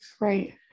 Right